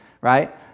right